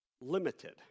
limited